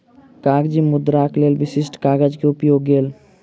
कागजी मुद्राक लेल विशिष्ठ कागज के उपयोग गेल